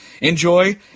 Enjoy